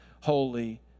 holy